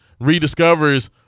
rediscovers